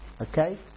Okay